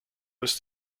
ist